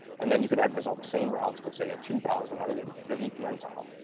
and then you could advertise all the same routes with, say, a two thousand out of the the vpn tunnel.